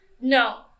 No